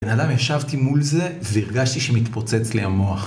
בנאדם ישבתי מול זה והרגשתי שמתפוצץ לי המוח.